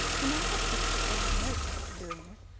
he now perceived that there was no chance of doing this.